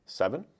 seven